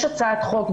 יש הצעת חוק,